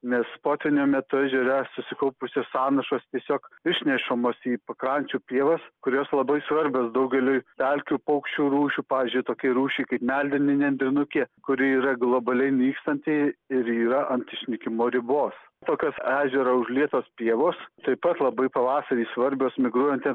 nes potvynio metu ežere susikaupusios sąnašos tiesiog išnešamos į pakrančių pievas kurios labai svarbios daugeliui pelkių paukščių rūšių pavyzdžiui tokiai rūšiai kaip meldinė nendrinukė kuri yra globaliai nykstanti ir yra ant išnykimo ribos tokios ežero užlietos pievos taip pat labai pavasarį svarbios migruojantiems